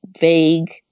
vague